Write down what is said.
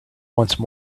once